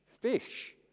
fish